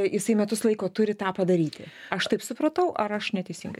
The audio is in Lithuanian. jisai metus laiko turi tą padaryti aš taip supratau ar aš neteisingai